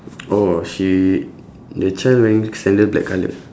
oh she the child wearing sandal black colour